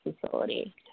facility